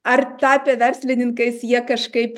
ar tapę verslininkais jie kažkaip